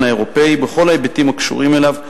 האירופי בכל ההיבטים הקשורים אליו,